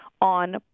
on